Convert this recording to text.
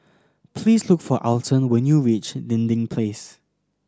please look for Alton when you reach Dinding Place